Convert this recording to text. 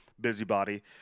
busybody